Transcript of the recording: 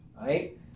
right